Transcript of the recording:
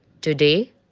Today